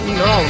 no